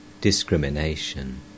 discrimination